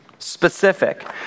specific